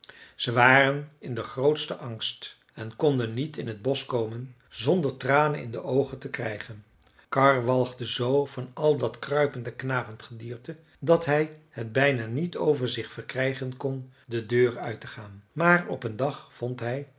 ze waren in den grootsten angst en konden niet in het bosch komen zonder tranen in de oogen te krijgen karr walgde zoo van al dat kruipend en knagend gedierte dat hij het bijna niet over zich verkrijgen kon de deur uit te gaan maar op een dag vond hij